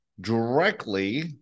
directly